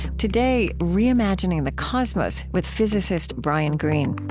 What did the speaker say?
today, reimagining the cosmos with physicist brian greene.